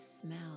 smell